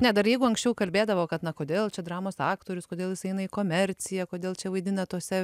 ne dar jeigu anksčiau kalbėdavo kad na kodėl čia dramos aktorius kodėl jis eina į komerciją kodėl čia vaidina tuose